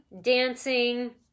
dancing